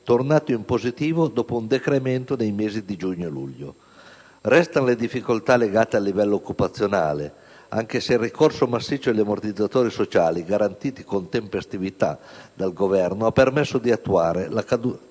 tornato in positivo dopo un decremento nei mesi di giugno e luglio. Restano le difficoltà legate al livello occupazionale, anche se il ricorso massiccio agli ammortizzatori sociali - garantiti con tempestività dal Governo - ha permesso di attenuare la caduta